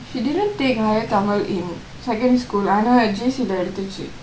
she didn't take higher tamil in secondary school ஆனா:aanaa J_C எடுத்துச்சு:eduthuchu